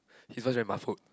his voice very muffled